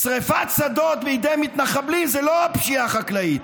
שרפת שדות בידי מתנחבלים זו לא פשיעה חקלאית.